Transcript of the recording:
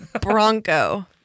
Bronco